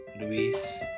Luis